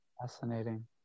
Fascinating